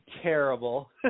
terrible